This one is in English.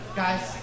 guys